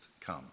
come